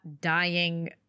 dying